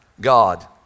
God